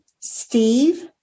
Steve